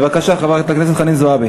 בבקשה, חברת הכנסת חנין זועבי.